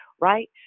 right